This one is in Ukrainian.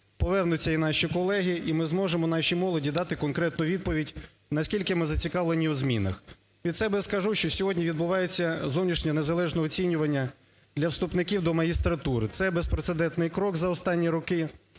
повернуться і наші колеги, і ми зможемо нашій молоді дати конкретну відповідь, наскільки ми зацікавлені у змінах. Від себе скажу, що сьогодні відбувається зовнішнє незалежне оцінювання для вступників до магістратури. Це безпрецедентний крок за останні роки